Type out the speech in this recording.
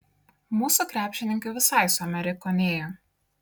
mūsų krepšininkai visai suamerikonėja